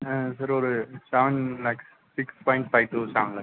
ஆ sir ஒரு seven lakhs six point five to seven lakhs